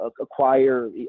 acquire